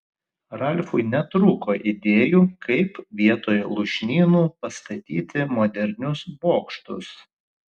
ralfui netrūko idėjų kaip vietoj lūšnynų pastatyti modernius bokštus